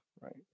right